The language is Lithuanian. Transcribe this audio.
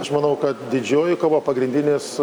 aš manau kad didžioji kova pagrindinis